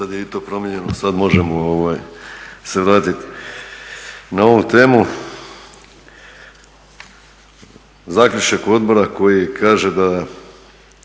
sada je i to promijenjeno, sada možemo se vratiti na ovu temu. Zaključak odbora koji kaže da